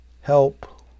help